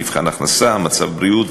מבחן הכנסה ומצב בריאות.